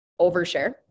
overshare